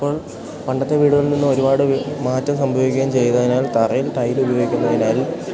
ഇപ്പോൾ പണ്ടത്തെ വീടുകളിൽ നിന്ന് ഒരുപാട് മാറ്റം സംഭവിക്കുകയും ചെയ്തതിനാൽ തറയിൽ ടൈൽ ഉപയോഗിക്കുന്നതിനാൽ